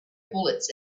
bullets